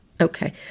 Okay